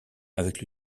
avec